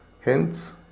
Hence